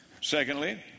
Secondly